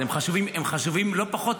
הם חשובים לא פחות,